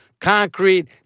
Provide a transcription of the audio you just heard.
Concrete